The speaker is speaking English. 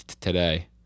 today